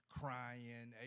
crying